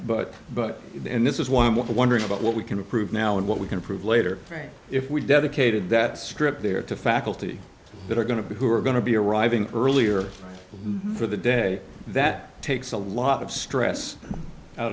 but but and this is why i'm wondering about what we can prove now and what we can prove later if we dedicated that strip there to faculty that are going to be who are going to be arriving earlier for the day that takes a lot of stress out